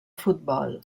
futbol